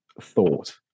thought